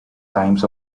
times